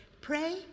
pray